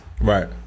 Right